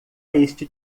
este